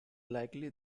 likely